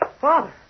Father